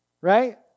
right